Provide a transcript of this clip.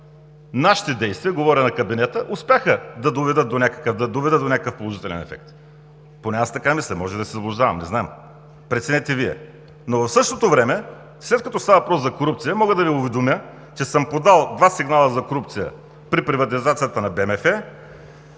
нашите действия – говоря на кабинета – успяха да доведат до някакъв положителен ефект. Поне аз така мисля. Може да се заблуждавам. Не знам. Преценете Вие. Но в същото време, след като става въпрос за корупция, мога да Ви уведомя, че съм подал два сигнала за корупция при приватизацията на БМФ,